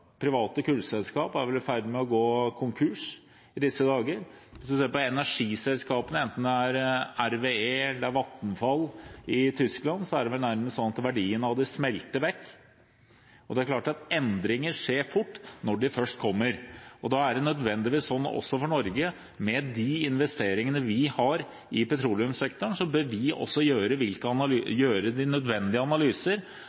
private kullselskap – er det vel – er i ferd med å gå konkurs, i disse dager. Hvis man ser på energiselskapene, enten det er RWE eller Vattenfall i Tyskland, er det vel nærmest sånn at verdien av dem smelter vekk. Endringer skjer fort når de først kommer. Da er det nødvendigvis sånn også for Norge, med de investeringene vi har i petroleumssektoren, at vi bør foreta de nødvendige analysene av om vi